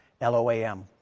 L-O-A-M